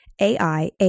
AI